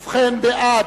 ובכן, בעד,